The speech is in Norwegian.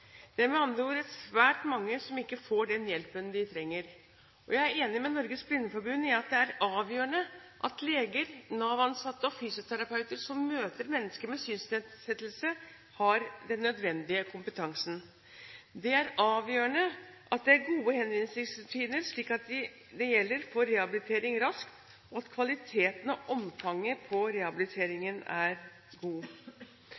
Det er med andre ord svært mange som ikke får den hjelpen de trenger. Jeg er enig med Norges Blindeforbund i at det er avgjørende at leger, Nav-ansatte og fysioterapeuter som møter mennesker med synsnedsettelse, har nødvendig kompetanse. Det er avgjørende at det er gode henvisningsrutiner, slik at de det gjelder, får rehabilitering raskt, og at kvaliteten på og omfanget